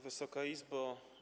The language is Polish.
Wysoka Izbo!